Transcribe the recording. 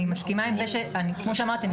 כמו שאמרתי,